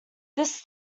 this